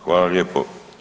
Hvala lijepo.